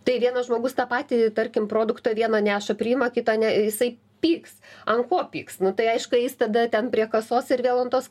tai vienas žmogus tą patį tarkim produktą vieno neša priima kito ne jisai pyks ant ko pyks nu tai aišku eis tada ten prie kasos ir vėl ant tos